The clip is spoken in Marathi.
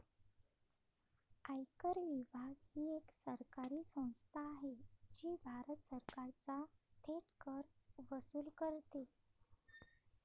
आयकर विभाग ही एक सरकारी संस्था आहे जी भारत सरकारचा थेट कर वसूल करते